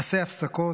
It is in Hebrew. עשה הפסקות,